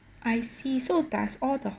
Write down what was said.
I see so does all the